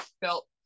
felt